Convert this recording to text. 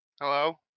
Hello